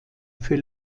für